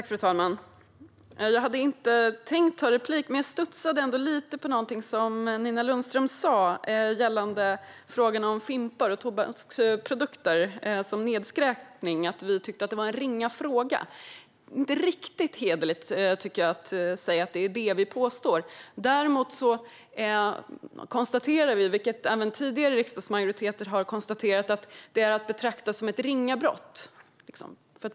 Fru talman! Jag hade inte tänkt begära replik, men jag studsade lite på något som Nina Lundström sa gällande frågan om nedskräpning med fimpar och tobaksprodukter, som vi skulle tycka är en ringa fråga. Jag tycker inte att det är riktigt hederligt att säga att det är det vi påstår. Däremot konstaterar vi, vilket även tidigare riksdagsmajoriteter har gjort, att det är att betrakta som ett ringa brott.